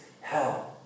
hell